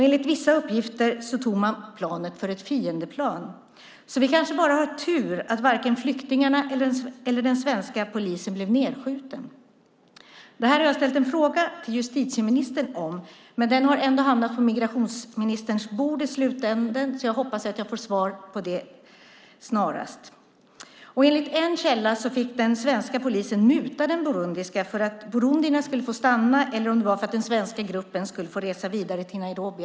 Enligt vissa uppgifter tog man planet för ett fiendeplan. Det kanske bara var tur att varken flyktingarna eller den svenska polisen blev nedskjutna. Jag har ställt en fråga om detta till justitieministern. Den har ändå hamnat på migrationsministerns bord. Jag hoppas att jag får svar snarast. Enligt en källa fick den svenska polisen muta den burundiska för att burundierna skulle få stanna, eller om det var för att den svenska gruppen skulle få resa vidare till Nairobi.